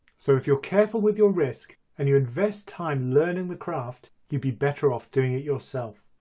so if you're careful with your risk and you invest time learning the craft you'd be better off doing it yourself.